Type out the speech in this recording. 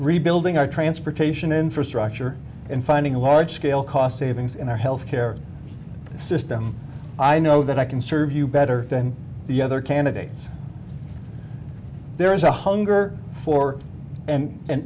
rebuilding our transportation infrastructure and finding a large scale cost savings in our health care system i know that i can serve you better than the other candidates there is a hunger for an